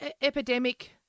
epidemic